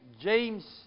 James